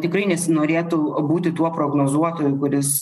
tikrai nesinorėtų būti tuo prognozuotoju kuris